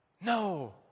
No